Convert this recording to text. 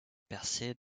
percée